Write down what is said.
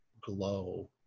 glow